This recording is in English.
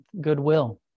goodwill